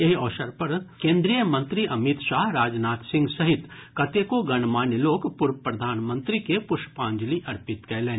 एहि अवसर पर केन्द्रीय मंत्री अमित शाह राजनाथ सिंह सहित कतेको गणमान्य लोक पूर्व प्रधानमंत्री के पुष्पांजलि अर्पित कयलनि